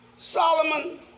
Solomon